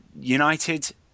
United